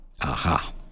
Aha